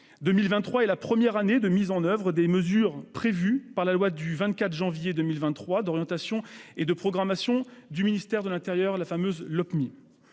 2023 est la première année de mise en oeuvre des mesures prévues par la loi du 24 janvier 2023 d'orientation et de programmation du ministère de l'intérieur, la fameuse Lopmi.